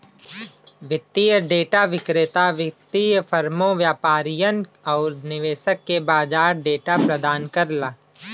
वित्तीय डेटा विक्रेता वित्तीय फर्मों, व्यापारियन आउर निवेशक के बाजार डेटा प्रदान करला